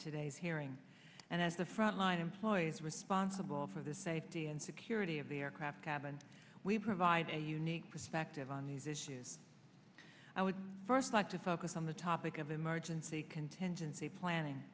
today's hearing and as the front line employees responsible for the safety and security of the aircraft cabin we provide a unique perspective on these issues i would first like to focus on the topic of emergency contingency planning